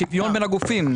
שוויון בין הגופים.